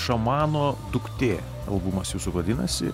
šamano duktė albumas jūsų vadinasi